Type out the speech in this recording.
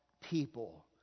people